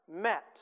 met